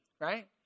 right